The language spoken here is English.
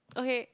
okay